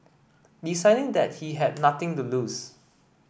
deciding that he had nothing to lose